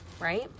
right